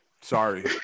Sorry